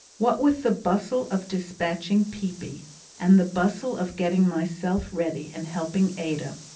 what with the bustle of dispatching peepy and the bustle of getting myself ready and helping ada,